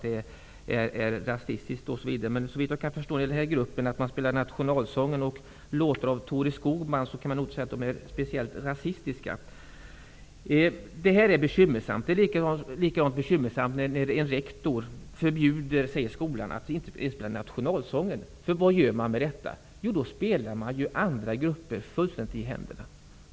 Det är en annan sak om det gäller t.ex. rasistisk musik, men nationalsången och låtar av Thore Skogman kan inte sägas vara speciellt rasistiska. Detta är bekymmersamt. Det är det också när en rektor säger att nationalsången inte får spelas i skolan. Vad gör man genom detta? Jo, man spelar andra grupper i händerna.